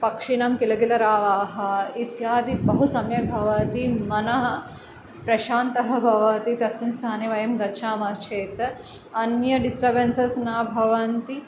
पक्षीणां किलकिलरावाः इत्यादि बहु सम्यक् भवति मनः प्रशान्तः भवति तस्मिन् स्थाने वयं गच्छामः चेत् अन्य डिस्टर्बेन्सस् न भवन्ति